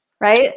Right